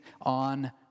on